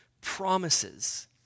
promises